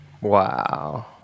Wow